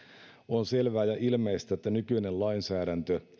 on selvää ja ilmeistä että nykyinen lainsäädäntö